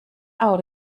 out